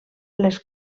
les